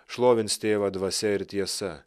šlovins tėvą dvasia ir tiesa